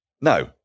No